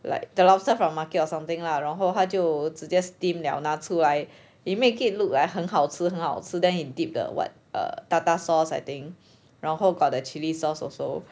like the lobster from the market or something lah 然后他就直接 steam liao 拿出来 it make it look like 很好吃很好 then he deep the what err tartar sauce I think 然后 got the chilli sauce also